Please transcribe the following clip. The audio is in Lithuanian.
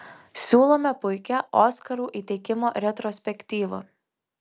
siūlome puikią oskarų įteikimo retrospektyvą